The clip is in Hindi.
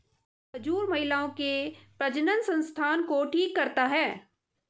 खजूर महिलाओं के प्रजननसंस्थान को ठीक करता है